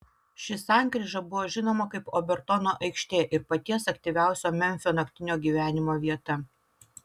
ši sankryža buvo žinoma kaip obertono aikštė ir paties aktyviausio memfio naktinio gyvenimo vieta